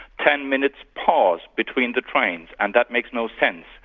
ten minutes pause between the trains, and that makes no sense,